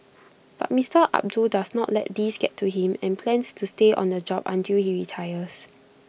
but Mister Abdul does not let these get to him and plans to stay on the job until he retires